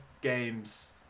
games